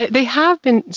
they have been.